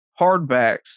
hardbacks